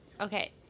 Okay